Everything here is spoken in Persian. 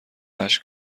اشک